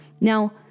Now